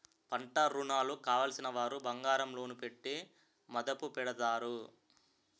పంటరుణాలు కావలసినవారు బంగారం లోను పెట్టి మదుపు పెడతారు